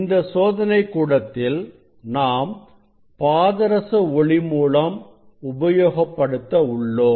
இந்த சோதனை கூடத்தில் நாம் பாதரச ஒளி மூலம் உபயோகப்படுத்த உள்ளோம்